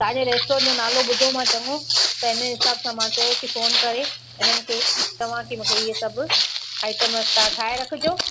तव्हांजे रेस्टोरंट जो नालो ॿुधो मां चङो त इनजे हिसाब सां मां चयो के फ़ोन करे इन्हनि खे चवां की मूंखे इहे सभु आएटम तव्हां ठाहे रखिजो